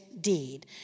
deed